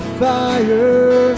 fire